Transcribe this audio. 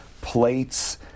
plates